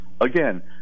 Again